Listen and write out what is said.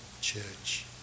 church